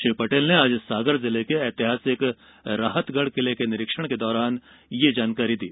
श्री पटेल ने आज सागर जिले के ऐतिहासिक राहतगढ़ किले का निरीक्षण के दौरान ये जानकारी दी